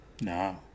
No